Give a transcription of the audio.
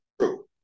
true